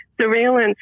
surveillance